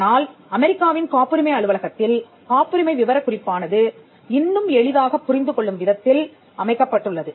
ஆனால் அமெரிக்காவின் காப்புரிமை அலுவலகத்தில் காப்புரிமை விவரக் குறிப்பானது இன்னும் எளிதாகப் புரிந்து கொள்ளும் விதத்தில் அமைக்கப்பட்டுள்ளது